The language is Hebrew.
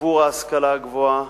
שיפור ההשכלה הגבוהה,